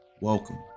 welcome